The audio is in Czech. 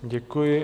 Děkuji.